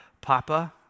Papa